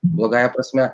blogąja prasme